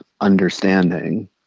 understanding